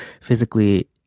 physically